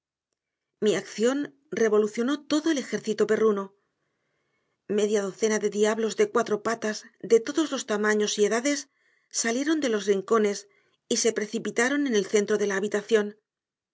mi acción revolucionó todo el ejército perruno media docena de diablos de cuatro patas de todos los tamaños y edades salieron de los rincones y se precipitaron en el centro de la habitación